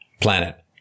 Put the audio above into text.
planet